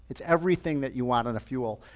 it's everything that you want in a fuel.